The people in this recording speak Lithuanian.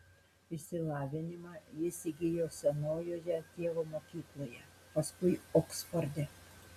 išsilavinimą jis įgijo senojoje tėvo mokykloje paskui oksforde